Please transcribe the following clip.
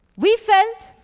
we felt,